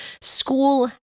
school